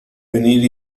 venir